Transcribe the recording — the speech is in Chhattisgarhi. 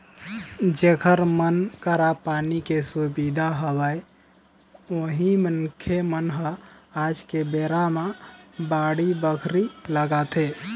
जेखर मन करा पानी के सुबिधा हवय उही मनखे मन ह आज के बेरा म बाड़ी बखरी लगाथे